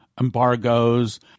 embargoes